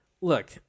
look